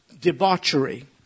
debauchery